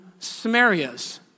Samarias